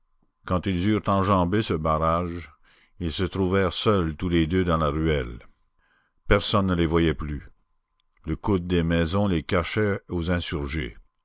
quand ils eurent enjambé ce barrage ils se trouvèrent seuls tous les deux dans la ruelle personne ne les voyait plus le coude des maisons les cachait aux insurgés